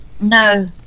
no